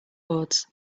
boards